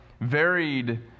varied